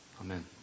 Amen